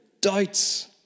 doubts